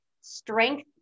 strength